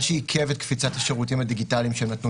מה שעיכב את קפיצת השירותים הדיגיטליים שהם נתנו